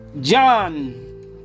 John